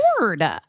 Lord